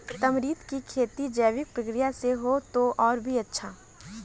tamarind की खेती जैविक प्रक्रिया से हो तो और भी अच्छा